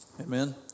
Amen